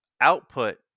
output